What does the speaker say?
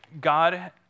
God